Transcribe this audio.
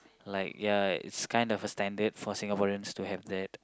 like ya it's kinda a standard for Singaporeans to have that